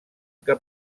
que